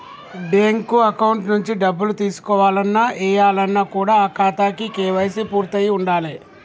bank account నుంచి డబ్బులు తీసుకోవాలన్న, ఏయాలన్న కూడా ఆ ఖాతాకి కేవైసీ పూర్తయ్యి ఉండాలే